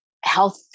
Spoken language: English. health